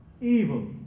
Evil